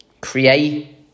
Create